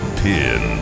pin